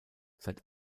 seit